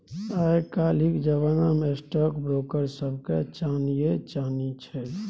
आय काल्हिक जमाना मे स्टॉक ब्रोकर सभके चानिये चानी छै